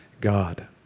God